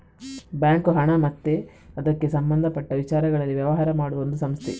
bank ಹಣ ಮತ್ತೆ ಅದಕ್ಕೆ ಸಂಬಂಧಪಟ್ಟ ವಿಚಾರಗಳಲ್ಲಿ ವ್ಯವಹಾರ ಮಾಡುವ ಒಂದು ಸಂಸ್ಥೆ